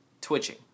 twitching